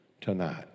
tonight